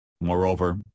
Moreover